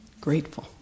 grateful